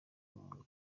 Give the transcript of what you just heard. umuntu